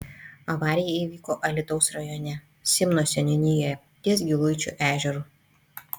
avarija įvyko alytaus rajone simno seniūnijoje ties giluičio ežeru